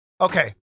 okay